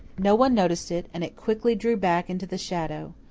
no one noticed it, and it quickly drew back into the shadow.